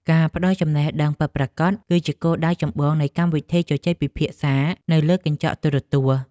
ការផ្តល់ចំណេះដឹងពិតប្រាកដ គឺជាគោលដៅចម្បងនៃកម្មវិធីជជែកពិភាក្សានៅលើកញ្ចក់ទូរទស្សន៍។